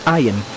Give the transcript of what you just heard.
iron